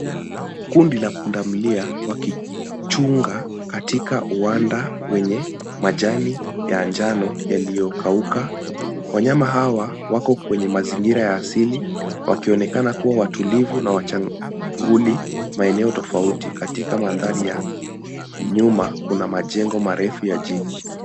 Kundi la pundamilia wakichunga katika uwanda wenye majani ya njano yaliyokauka. Wanyama hawa wako kwenye mazingira ya asili, wakionekana kuwa watulivu wachanguli maeneo tofauti katika mandhari ya. Nyuma kuna majengo marefu ya jiji.